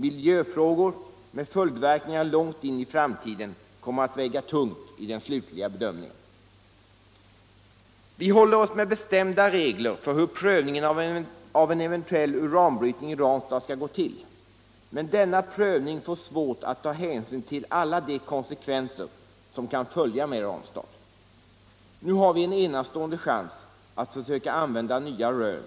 Miljöfrågor med följdverkningar långt in i framtiden kommer att väga tungt i den slutliga bedömningen. Vi håller oss med bestämda regler för hur prövningen av en eventuell uran brytning i Ranstad skall gå till. Men denna prövning får svårt att ta hänsyn till alla de konsekvenser som kan följa med Ranstad. Nu har vi en enastående chans att försöka använda nya rön.